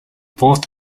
fourth